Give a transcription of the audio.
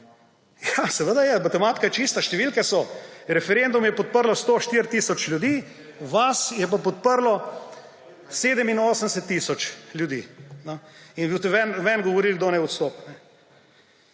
Ja, seveda je, matematika je čista, številke so. Referendum je podprlo 104 tisoč ljudi, vas je pa podrlo 87 tisoč ljudi, no! In boste meni govorili, kdo naj odstopi.